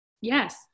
Yes